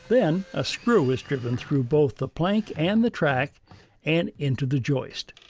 then, a screw is driven through both the plank and the track and into the joist.